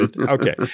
okay